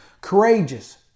Courageous